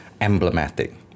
emblematic